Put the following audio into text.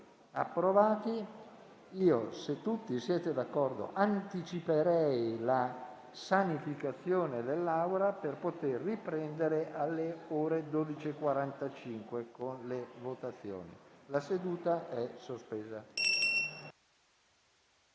approvati, se tutti siete d'accordo, anticiperei la sanificazione dell'Aula, per poter riprendere i lavori alle ore 12,45 con le votazioni. La seduta è sospesa.